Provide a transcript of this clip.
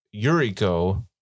Yuriko